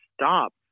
stop